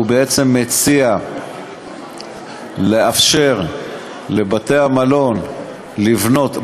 הוא בעצם מציע לאפשר לבתי-המלון לבנות,